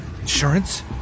Insurance